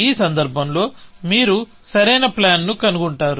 ఈ సందర్భంలో మీరు సరైన ప్లాన్ ను కనుగొంటారు